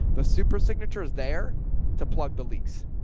the super signature is there to plug the leak. so